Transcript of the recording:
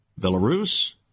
Belarus